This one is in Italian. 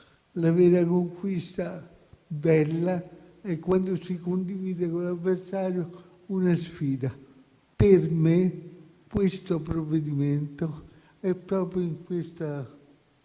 la vera conquista bella è quando si condivide con l'avversario una sfida. Per me questo provvedimento è proprio sotto questa